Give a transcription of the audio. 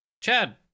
chad